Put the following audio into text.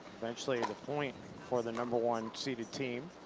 eventually the point for the number one seeded team.